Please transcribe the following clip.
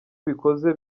ubikoze